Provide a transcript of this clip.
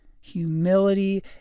Humility